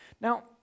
now